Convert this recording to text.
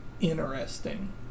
interesting